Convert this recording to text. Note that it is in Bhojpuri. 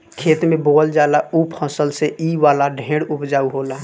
खेत में बोअल जाला ऊ फसल से इ वाला ढेर उपजाउ होला